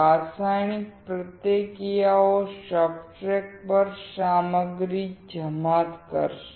રાસાયણિક પ્રતિક્રિયાઓ સબસ્ટ્રેટ પર સામગ્રી જમા કરશે